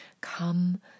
Come